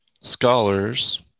scholars